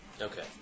Okay